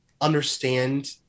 understand